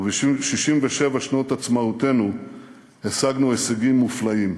וב-67 שנות עצמאותנו השגנו הישגים מופלאים.